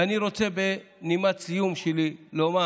ואני רוצה, בנימת הסיום שלי, לומר